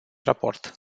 raport